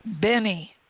Benny